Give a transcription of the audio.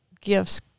gifts